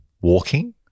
walking